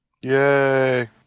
Yay